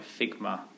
Figma